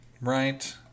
right